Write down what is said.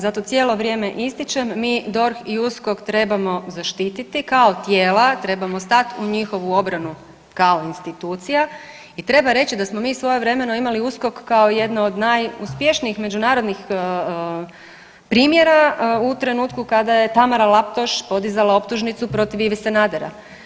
Ja to cijelo vrijeme ističem mi, DORH i USKOK trebamo zaštiti kao tijela, trebamo stati u njihovu obranu kao institucija i treba reći da smo mi svojevremeno imali USKOK kao jedno od najuspješnijih međunarodnih primjera u trenutku kada je Tamara Laptoš podizala optužnicu protiv Ive Sanadera.